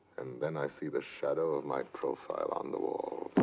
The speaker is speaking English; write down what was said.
and then i see the shadow of my profile on the wall.